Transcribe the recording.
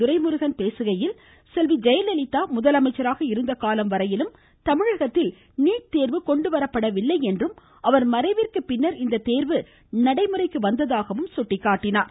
துரைமுருகன் பேசுகையில் செல்வி ஜெயலலிதா முதலமைச்சராக இருந்த காலம் வரையிலும் தமிழகத்தில் நீட் தேர்வை கொண்டுவரப்படவில்லை என்றும் அவர் மறைவிற்குப் பின்னர் இத்தேர்வு நடைமுறைக்கு வந்ததாகவும் எடுத்துரைத்தார்